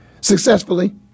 successfully